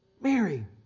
Mary